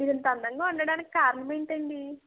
మీరు ఇంత అందంగా ఉండడానికి కారణం ఏంటండి